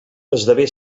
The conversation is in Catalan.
esdevé